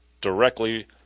directly